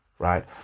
Right